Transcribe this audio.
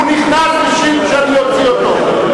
הוא נכנס בשביל שאני אוציא אותו.